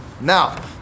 Now